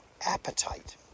appetite